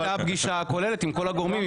הייתה פגישה כוללת עם כל הגורמים.